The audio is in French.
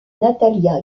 natalia